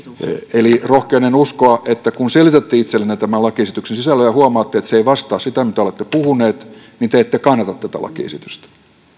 eli rohkenen uskoa että kun selitätte itsellenne tämän lakiesityksen sisällön ja huomaatte että se ei vastaa sitä mitä olette puhunut niin te ette kannata tätä lakiesitystä